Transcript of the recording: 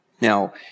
Now